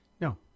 No